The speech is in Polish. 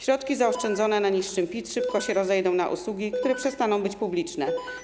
Środki zaoszczędzone na niższym PIT szybko rozejdą się na usługi, które przestaną być publiczne.